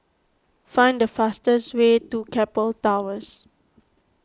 find the fastest way to Keppel Towers